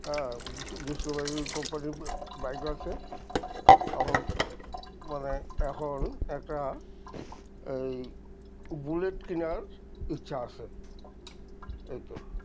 হ্যাঁ ডিসকভারি কোম্পানির বাইক আছে এখন মানে এখন একটা এই বুলেট কেনার ইচ্ছা আছে এই তো